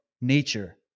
nature